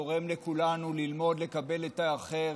תורם לכולנו ללמוד לקבל את האחר.